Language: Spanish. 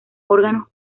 órganos